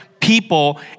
people